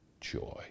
joy